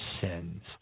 sins